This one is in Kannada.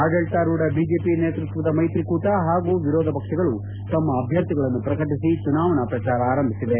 ಆಡಳಿತಾರೂಢ ಬಿಜೆಪಿ ನೇತೃತ್ವದ ಮೈತ್ರಿ ಕೂಟ ಹಾಗೂ ವಿರೋಧ ಪಕ್ಷಗಳು ತಮ್ಮ ಅಭ್ಯರ್ಥಿಗಳನ್ನು ಪ್ರಕಟಿಸಿ ಚುನಾವಣಾ ಪ್ರಚಾರ ಆರಂಭಿಸಿವೆ